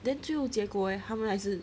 then 就结果 leh 他们还是